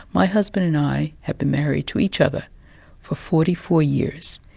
my husband and i have been married to each other for forty four years,